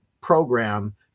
program